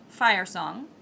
Firesong